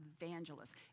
evangelist